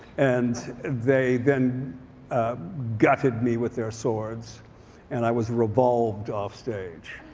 and they then gutted me with their swords and i was revolved offstage.